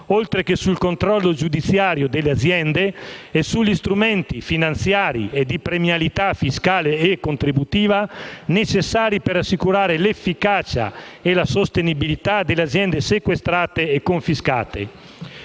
oltre che sul controllo giudiziario delle aziende e sugli strumenti finanziari e di premialità fiscale e contributiva, necessari per assicurare l'efficacia e la sostenibilità delle aziende sequestrate e confiscate.